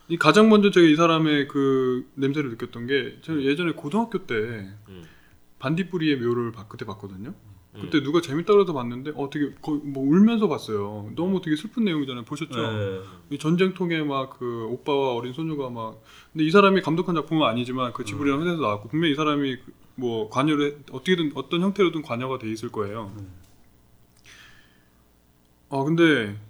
이 가장 먼저 제가 이 사람의 그 냄새를 느꼈던 게 저는 음. 예전에 고등학교 때 음. 반딧불이의 묘를 봤- 그때 봤거든요. 그때 음. 누가 재밌다 그래서 봤는데 어, 되게 거의 뭐 울면서 봤어요. 너무 뭐 되게 슬픈 내용이잖아요. 보셨죠? 네, 네, 네. 이 전쟁통에 막 그 오빠와 어린 소녀가 막- 근데 이 사람이 감독한 작품은 아니지만 그 지브리라는 음. 회사에서 나왔고 분명히 이 사람이 그 뭐 관여를 했- 어떻게든 어떤 형태로든 관여가 돼 있을 거예요. 음. 아, 근데